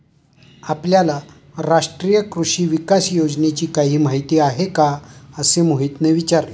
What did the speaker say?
आपल्याला राष्ट्रीय कृषी विकास योजनेची काही माहिती आहे का असे मोहितने विचारले?